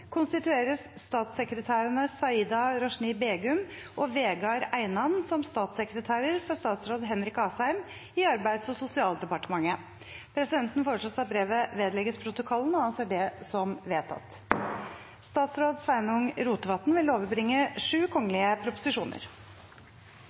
konstitueres statssekretærene Saida Roshni Begum og Vegard Einan som statssekretærer for statsråd Henrik Asheim i Arbeids- og sosialdepartementet.» Presidenten foreslår at brevet vedlegges protokollen, og anser det som vedtatt. Representanten Bjørnar Moxnes vil